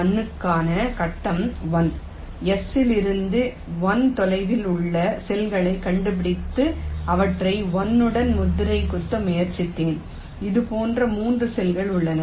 i 1 க்கான கட்டம் 1 S இலிருந்து 1 தொலைவில் உள்ள செல்களைக் கண்டுபிடித்து அவற்றை 1 உடன் முத்திரை குத்த முயற்சித்தேன் இதுபோன்ற 3 செல்கள் உள்ளன